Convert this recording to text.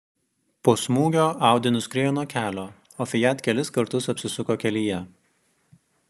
po smūgio audi nuskriejo nuo kelio o fiat kelis kartus apsisuko kelyje